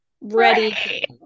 Ready